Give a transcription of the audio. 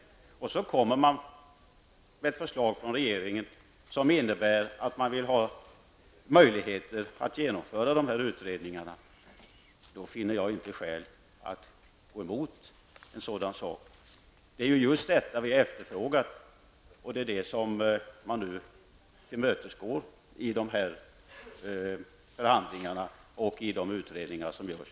Det handlar alltså om ett förslag från regeringen, som innebär att det skall finnas möjligheter att genomföra önskade utredningar. I det läget finner jag inte att det finns skäl att gå emot ett sådant här förslag, för det handlar ju om just det som har efterfrågats. Det är detta önskemål som man tillmötesgår i de här förhandlingarna och i de utredningar som görs.